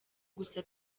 gusa